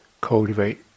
cultivate